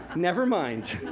and never mind.